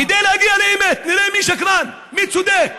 כדי להגיע לאמת, נראה מי שקרן, מי צודק,